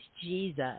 Jesus